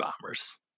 bombers